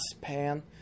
pan